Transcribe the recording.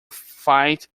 fight